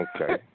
Okay